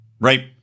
right